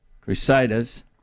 Crusaders